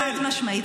חד-משמעית.